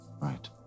Right